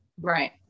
right